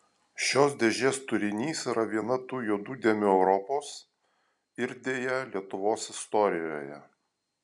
šios dėžės turinys yra viena tų juodų dėmių europos ir deja lietuvos istorijoje